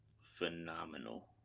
phenomenal